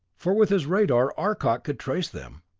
for with his radar arcot could trace them.